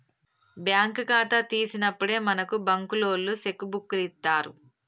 bank ఖాతా తీసినప్పుడే మనకు బంకులోల్లు సెక్కు బుక్కులిత్తరు